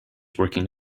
working